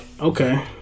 Okay